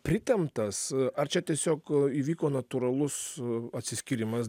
pritemptas ar čia tiesiog įvyko natūralus atsiskyrimas